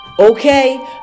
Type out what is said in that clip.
okay